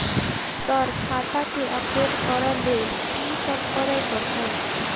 Sir खाता केँ update करऽ लेल की सब करै परतै?